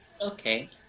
okay